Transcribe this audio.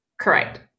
Correct